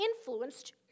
influenced